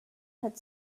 had